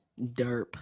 derp